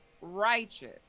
righteous